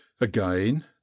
again